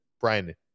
brian